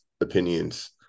opinions